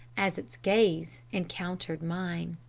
as its gaze encountered mine.